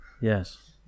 Yes